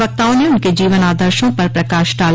वक्ताओं ने उनके जीवन आदर्शो पर प्रकाश डाला